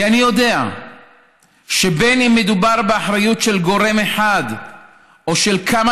כי אני יודע שבין אם מדובר באחריות של גורם אחד או של כמה